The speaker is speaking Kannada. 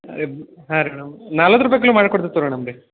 ಎಬ್ ಹಾಂ ರೀ ಮೇಡಮ್ ನಲ್ವತ್ತು ರೂಪಾಯಿ ಕಿಲೋ ಮಾಡಿ ಕೊಡ್ತಿನು ತೊಗೊಳಿ ನಿಮಗೆ